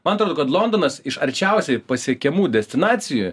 man atrodo kad londonas iš arčiausiai pasiekiamų destinacijų